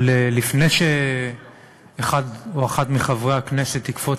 אבל לפני שאחד או אחת מחברי הכנסת יקפוץ